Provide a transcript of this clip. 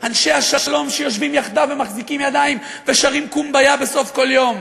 אנשי השלום שיושבים יחדיו ומחזיקים ידיים ושרים "קומביה" בסוף כל יום.